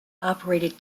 operated